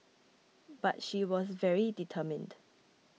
but she was very determined